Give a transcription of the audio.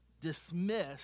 dismissed